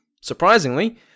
surprisingly